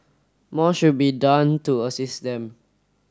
more should be done to assist them